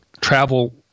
travel